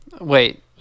Wait